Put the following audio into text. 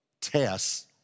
tests